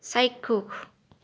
চাক্ষুষ